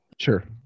Sure